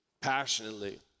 passionately